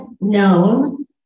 known